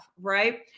right